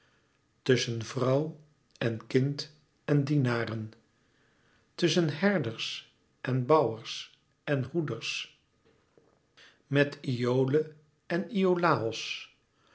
tusschen vrouw en kind en dienaren tusschen herders en bouwers en hoeders met iole en iolàos